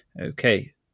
Okay